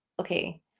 okay